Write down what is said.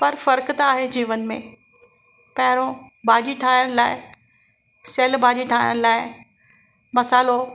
पर फ़र्क़ु त आहे जीवन में पहिरों भाॼी ठाहिण लाइ सेयल भाॼी ठाहिण लाइ मसालो